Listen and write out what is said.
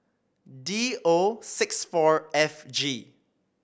D O six four F G